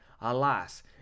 Alas